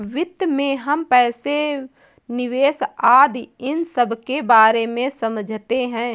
वित्त में हम पैसे, निवेश आदि इन सबके बारे में समझते हैं